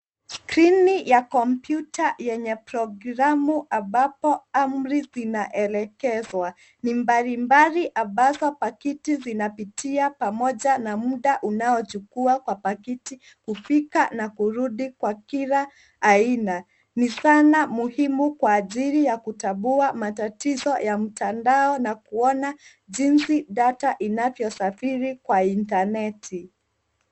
Skrini ya kompyuta yenye programu ambapo amri zinaelekezwa. Ni mbalimbali ambazo pakiti zinapitia pamoja na muda unaochukua kwa pakiti kufika na kurudi kwa kila aina. Ni zana muhimu kwa ajili ya kutambua matatizo ya mtandao na kuona jinsi data inavyosafiri kwa intaneti.